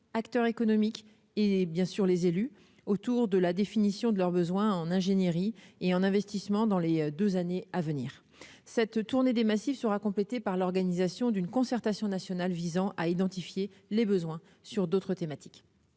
acteurs économiques, et bien sûr les élus autour de la définition de leur besoin en ingénierie et en investissements dans les 2 années à venir, cette tournée des massifs sera complété par l'organisation d'une concertation nationale visant à identifier les besoins sur d'autres thématiques.